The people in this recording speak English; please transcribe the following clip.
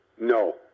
No